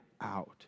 out